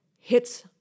hits